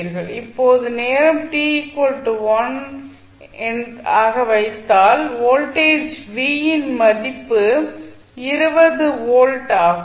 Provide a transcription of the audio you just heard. இப்போது நேரம் t 1 ஆக வைத்தால் வோல்டேஜ் v இன் மதிப்பு 20 வோல்ட் ஆகும்